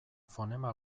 fonema